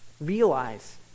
realize